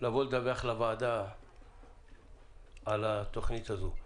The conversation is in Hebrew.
לבוא לדווח לוועדה על התוכנית הזו.